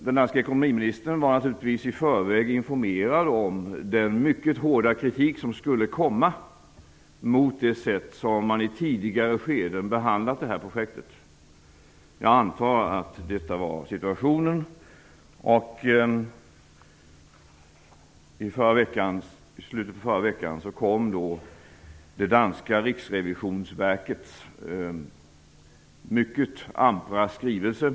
Den danska ekonomiministern var naturligtvis i förväg informerad om den mycket hårda kritik som skulle komma mot det sätt som projektet har behandlats i tidigare skeden. Jag antar att detta var situationen. I slutet av förra veckan kom det danska riksrevisionsverkets mycket ampra skrivelse.